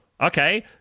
okay